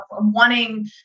wanting